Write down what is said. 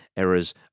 Errors